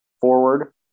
forward